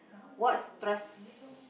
what stress